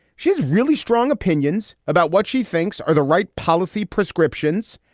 she has really strong opinions about what she thinks are the right policy prescriptions.